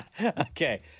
Okay